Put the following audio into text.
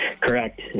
Correct